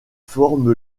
forme